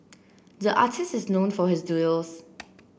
the artist is known for his doodles